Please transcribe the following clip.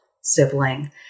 sibling